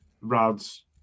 Rad's